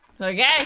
Okay